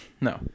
No